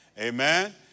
Amen